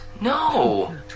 No